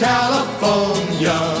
California